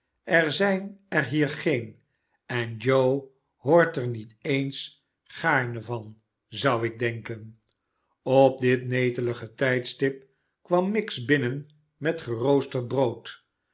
er zijn er hier geen en joe hoort er niet eens gaarne van zou ik denken op dit netelige tijdpunt kwam miggs binnen met geroosterti brood